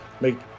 make